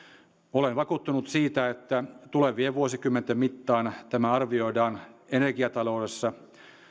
olen vakuuttunut siitä että tulevien vuosikymmenten mittaan tämä arvioidaan energiataloudessa